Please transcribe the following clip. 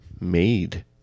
made